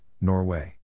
Norway